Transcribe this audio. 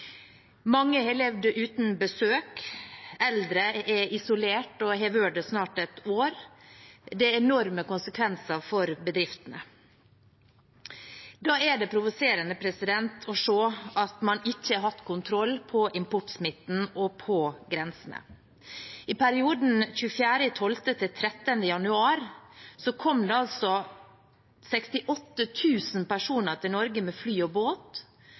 Mange har levd uten besøk, eldre er isolert og har vært det snart et år, det har enorme konsekvenser for bedriftene. Da er det provoserende å se at man ikke har hatt kontroll på importsmitten og på grensene. I perioden 24. desember til 13. januar kom det altså 68 000 personer til Norge med fly og båt,